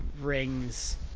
ring's